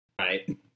Right